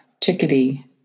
Chickadee